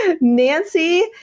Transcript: Nancy